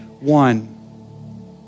one